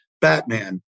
Batman